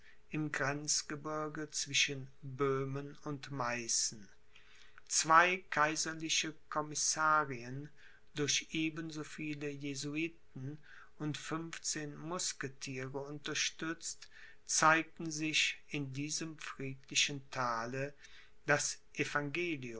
im grenzgebirge zwischen böhmen und meißen zwei kaiserliche commissarien durch eben so viele jesuiten und fünfzehn musketiere unterstützt zeigten sich in diesem friedlichen thale das